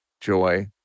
joy